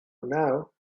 now